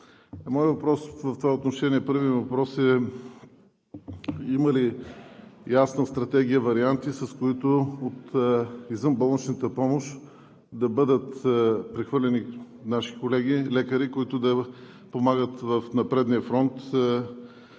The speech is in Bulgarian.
въпрос в това отношение е има ли ясна стратегия и варианти, с които от извънболничната помощ да бъдат прехвърлени наши колеги, лекари, които да помагат на предния фронт